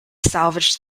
salvaged